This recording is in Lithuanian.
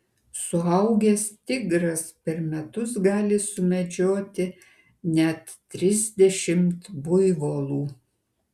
suaugęs tigras per metus gali sumedžioti net trisdešimt buivolų